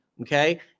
Okay